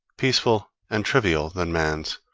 peaceful and trivial than man's,